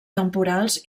temporals